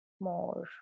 more